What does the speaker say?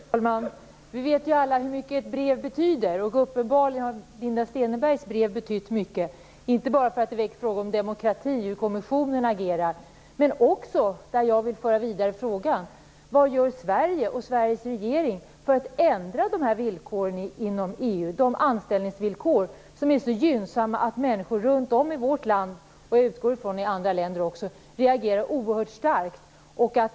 Fru talman! Vi vet ju alla hur mycket ett brev betyder. Uppenbarligen har Linda Stenebergs brev betytt mycket, inte bara därför att det väckt frågor om demokrati och hur kommissionen agerar utan också - där vill jag föra frågan vidare - vad Sverige och Sveriges regering gör för att ändra anställningsvillkoren i EU. De är så gynnsamma att människor runt om i vårt land reagerar oerhört starkt, och jag utgår från att folk gör det i andra länder också.